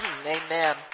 amen